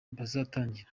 bazatangira